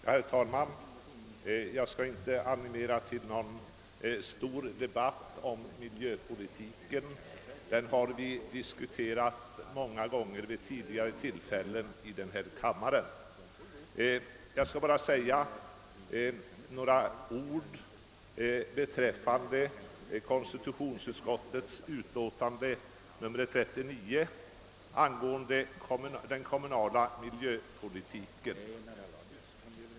Herr talman! Jag skall inte animera till någon större debatt om miljöpolitiken. Den har vi diskuterat många gånger vid tidigare tillfällen i denna kammare. Jag vill bara säga några ord beträffande konstitutionsutskottets utlåtande nr 39 angående den kommunala miljöpolitiken.